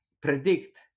predict